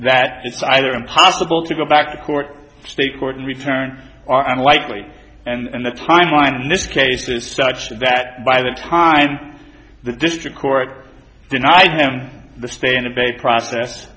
that just either impossible to go back to court state court and return or i'm likely and the timeline in this case is such that by the time the district court denied him the stay in the basic process